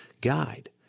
guide